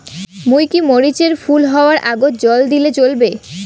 মুই কি মরিচ এর ফুল হাওয়ার আগত জল দিলে চলবে?